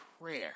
prayer